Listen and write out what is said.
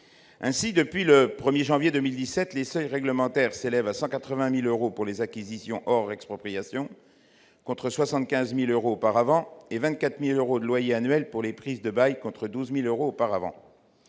des finances publiques, les seuils réglementaires s'élèvent à 180 000 euros pour les acquisitions hors expropriations contre 175 000 euros auparavant et à 24 000 euros de loyer annuel pour les prises de bail contre 12 000 euros auparavant.